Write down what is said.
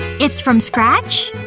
it's from scratch?